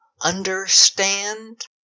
understand